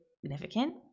significant